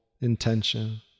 intention